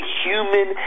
human